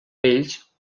vells